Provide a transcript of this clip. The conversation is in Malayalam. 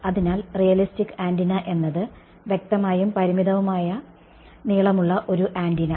അതിനാൽ റിയലിസ്റ്റിക് ആന്റിന എന്നത് വ്യക്തമായും പരിമിതമായ നീളമുള്ള ഒരു ആന്റിന